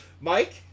Mike